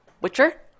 Witcher